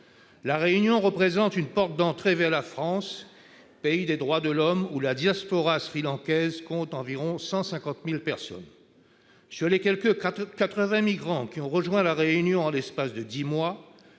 La Réunion représente une porte d'entrée vers la France, pays des droits de l'homme, où la diaspora sri-lankaise est évaluée à environ 150 000 personnes. Sur les quelque quatre-vingts migrants qui ont rejoint notre île en l'espace de dix mois,